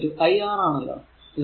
v iR ആണല്ലോ